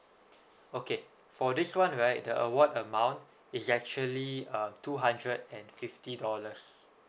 okay for this one right the award amount is actually uh two hundred and fifty dollars